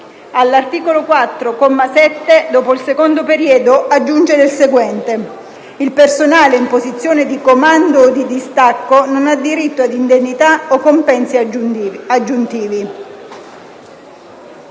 all'articolo 4, comma 7, dopo il secondo periodo, aggiungere il seguente: «Il personale in posizione di comando o di distacco non ha diritto ad indennità o compensi aggiuntivi».